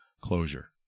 closure